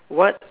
what